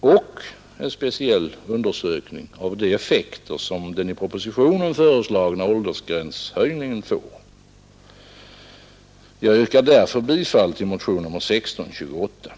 och en speciell undersökning av de effekter som den i propositionen föreslagna åldersgränshöjningen får. Jag yrkar därför bifall till motionen 1628.